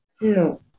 No